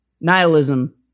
nihilism